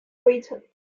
brighton